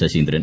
Saseendran